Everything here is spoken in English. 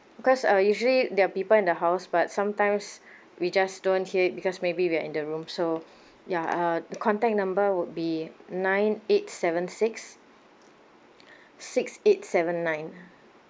because I will usually there are people in the house but sometimes we just don't hear it because maybe we're in the room so ya uh the contact number would be nine eight seven six six eight seven nine